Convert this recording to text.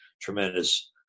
tremendous